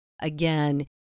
Again